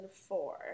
four